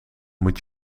moet